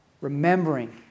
Remembering